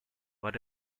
what